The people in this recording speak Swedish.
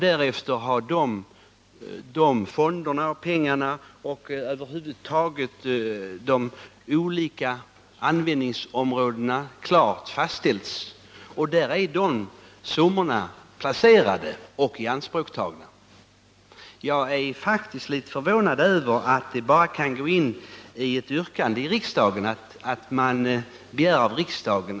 Därefter har användningen av pengarna i dessa olika fonder klart fastställts, och summorna i fråga är alltså placerade och ianspråktagna. Jag är faktiskt litet förvånad över att sådant som detta kan få ingå i ett yrkande som tas upp i riksdagen.